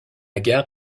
gare